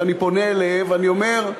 ואני פונה אליהם ואני אומר: